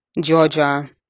Georgia